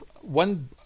one